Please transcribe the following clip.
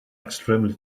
extremely